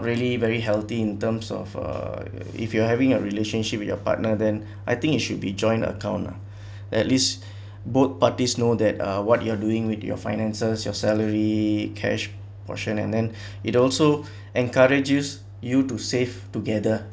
really very healthy in terms of uh if you are having a relationship with your partner then I think it should be joint account ah at least both parties know that uh what you are doing with your finances your salary cash portion and then it also encourages you to save together